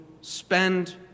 spend